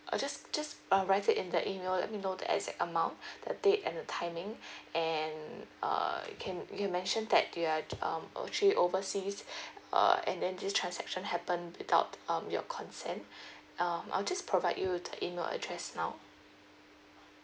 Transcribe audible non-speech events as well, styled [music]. uh just just uh write it in the email let me know the exact amount [breath] the date and the timing [breath] and uh you can you can mention that you are um actually oversea [breath] uh and then this transaction happen without um your consent [breath] uh I'll just provide you with the email address now